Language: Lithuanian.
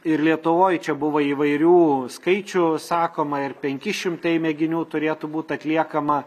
ir lietuvoj čia buvo įvairių skaičių sakoma ir penki šimtai mėginių turėtų būt atliekama